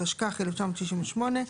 התשכ"ח-1968,